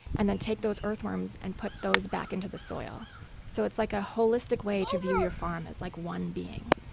and then take those earthworms and put them back into the soil so it's like a holistic way to view your farm as like one being.